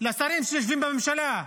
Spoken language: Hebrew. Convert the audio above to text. לשרים שיושבים בממשלה.